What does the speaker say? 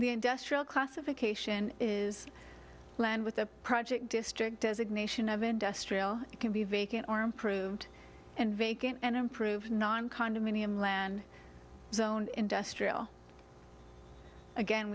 the industrial classification is land with a project district designation of industrial can be vacant or improved and vacant and improved non condominium land zoned industrial again